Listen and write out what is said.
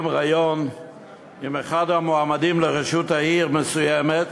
ריאיון עם אחד המועמדים לראשות עיר מסוימת,